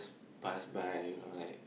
pass by you know like